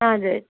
हजुर